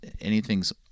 anything's